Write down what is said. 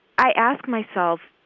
i ask myself,